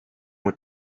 with